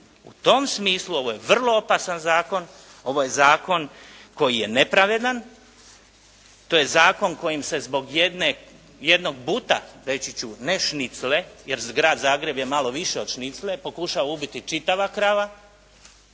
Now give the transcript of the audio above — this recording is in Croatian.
U tom smislu, ovo je vrlo opasan zakon, ovo je zakon koji je nepravedan, to je zakon kojim se zbog jednog buta, reći ću, ne šnicle jer grad Zagreb je malo više od šnicle, pokušava ubiti čitava krava